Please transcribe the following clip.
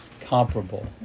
comparable